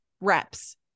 reps